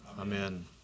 Amen